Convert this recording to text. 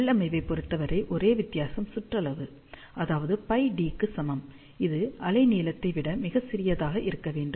உள்ளமைவைப் பொருத்தவரை ஒரே வித்தியாசம் சுற்றளவு அதாவது πD க்கு சமம் அது அலைநீளத்தை விட மிகச் சிறியதாக இருக்க வேண்டும்